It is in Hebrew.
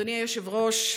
אדוני היושב-ראש,